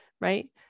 right